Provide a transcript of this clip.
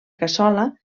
cassola